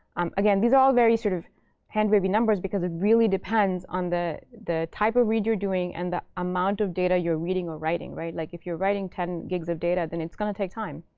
um again, these are all very sort of hand-wavey numbers because it really depends on the the type of read you're doing and the amount of data you're reading or writing. like if you're writing ten gigs of data, then it's going to take time.